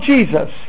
Jesus